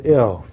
ill